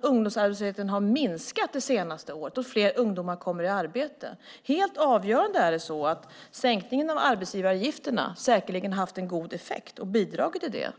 Ungdomsarbetslösheten har minskat det senaste året och fler ungdomar kommer i arbete. Sänkningen av arbetsgivaravgifterna har säkert haft en god effekt och bidragit till det.